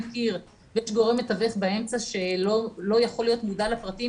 גורם מתווך באמצע שלא יכול להיות מודע לפרטים,